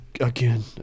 again